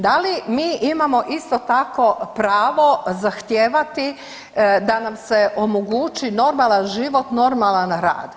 Da li mi imamo isto tako pravo zahtijevati da nam se omogući normalan život, normalan rad?